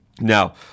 Now